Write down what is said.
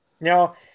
No